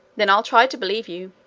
then i'll try to believe you,